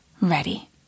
ready